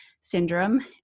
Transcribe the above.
syndrome